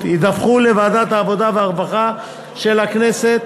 ידווחו לוועדת העבודה והרווחה של הכנסת